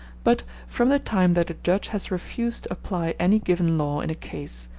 but from the time that a judge has refused apply any given law in a case,